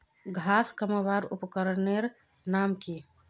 घांस कमवार उपकरनेर नाम की?